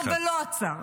ולא עצר.